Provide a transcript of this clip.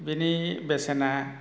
बिनि बेसेना